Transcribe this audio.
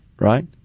right